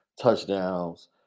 touchdowns